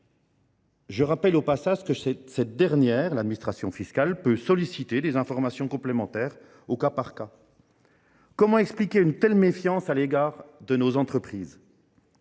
Je rappelle au passage que cette dernière peut déjà solliciter des informations complémentaires au cas par cas. Comment expliquer une telle méfiance à l’égard de nos entreprises ?